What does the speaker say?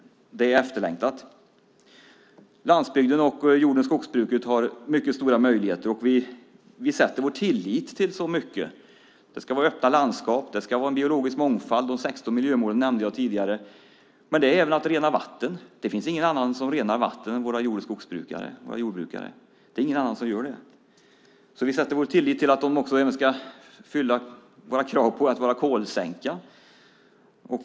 Det är efterlängtat. Landsbygden och jord och skogsbruket har mycket stora möjligheter, och vi sätter vår tillit till så mycket. Det ska vara öppna landskap, det ska vara en biologisk mångfald. De 16 miljömålen nämnde jag tidigare. Men i förväntningarna ingår även vattenrening. Det finns ingen annan än våra jord och skogsbrukare som renar vatten. Det är ingen annan som gör det. Vi sätter vår tillit till att de även ska uppfylla våra krav på att vara kolsänka.